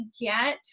get